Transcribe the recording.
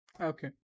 Okay